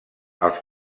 els